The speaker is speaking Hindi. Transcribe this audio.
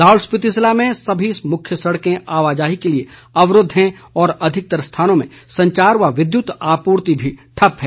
लाहौल स्पीति जिले में सभी मुख्य सडकें आवाजाही के लिए अवरूद्व हैं और अधिकतर स्थानों में संचार व विद्युत आपूर्ति भी ठप्प है